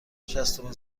شصتمین